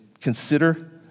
consider